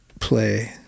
play